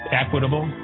equitable